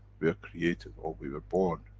we are created or we we are born,